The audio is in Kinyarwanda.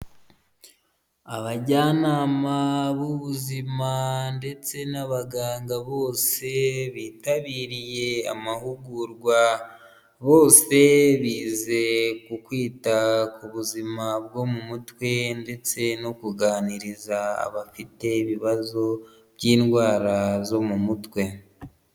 Abajyanama b'ubuzima ndetse n'abaganga bose bitabiriye amahugurwa, bose bize ku kwita ku buzima bwo mu mutwe ndetse no kuganiriza abafite ibibazo by'indwara zo mu mutwe.